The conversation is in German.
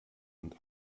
und